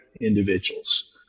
individuals